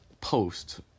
post